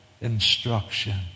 instruction